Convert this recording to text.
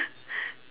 the dog